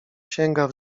sięga